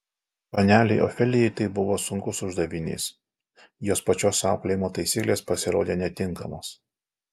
panelei ofelijai tai buvo sunkus uždavinys jos pačios auklėjimo taisyklės pasirodė netinkamos